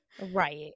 Right